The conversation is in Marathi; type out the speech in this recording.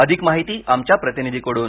अधिक माहिती आमच्या प्रतिनिधीकडून